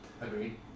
Agreed